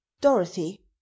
dorothy